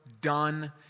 done